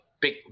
big